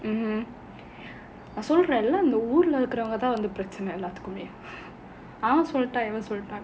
நான் சொல்றேன்ல ஊருல இருக்குறவங்க தான் பிரச்னை எல்லாத்துலயும் அவன் சொல்லிட்டான் இவன் சொல்லிட்டானு:naan solraenla oorula irukkuravanga thaan pirachanai ellaathulaiyum avan sollittaan ivan sollittaanu